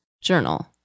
journal